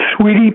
Sweetie